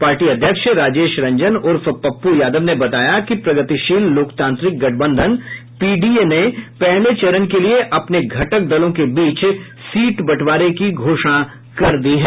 party अध्यक्ष राजेश रंजन उर्फ पप्पू यादव ने बताया कि प्रगतिशील लोकतांत्रिक गठबंधन पीडीए ने पहले चरण के लिए अपने घटक दलों के बीच सीट बंटवारे की घोषणा कर दी है